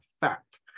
fact